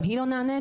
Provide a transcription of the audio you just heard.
גם היא לא נענית.